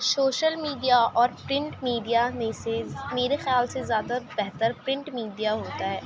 social media اور print media میں سے میرے خیال سے زیادہ بہتر پرنٹ میڈیا ہوتا ہے